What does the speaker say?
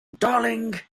darling